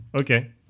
okay